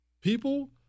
People